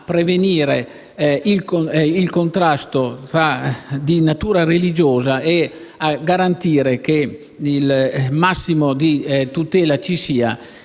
prevenire il contrasto di natura religiosa e a garantire il massimo di tutela in una